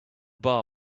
bar